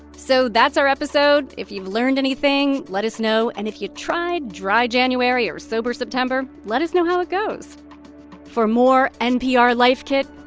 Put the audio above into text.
so that's our episode. if you've learned anything, let us know. and if you try dry january or sober september, let us know how it goes for more npr life kit,